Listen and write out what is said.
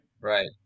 Right